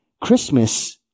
Christmas